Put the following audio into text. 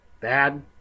bad